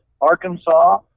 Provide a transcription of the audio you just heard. Arkansas